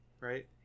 right